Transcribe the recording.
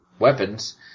Weapons